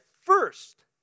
first